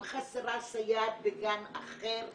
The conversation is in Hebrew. אם חסרה סייעת בגן אחר,